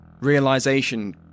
Realization